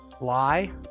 Lie